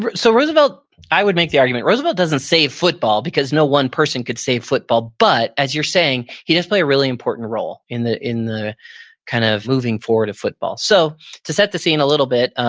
but so i would make the argument roosevelt doesn't save football, because no one person could save football, but as you're saying, he does play a really important role in the in the kind of moving forward of football. so to set the scene a little bit,